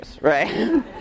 right